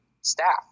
staff